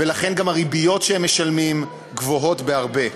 ולכן גם הריביות שהם משלמים גבוהות בהרבה.